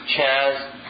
Chaz